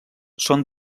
són